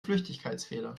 flüchtigkeitsfehler